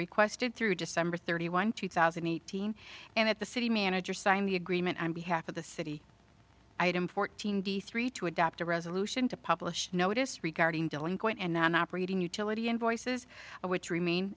requested through december thirty one two thousand and eighteen and that the city manager signed the agreement on behalf of the city item fourteen d three to adopt a resolution to publish notice regarding delinquent and non operating utility invoices which remain